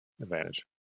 advantage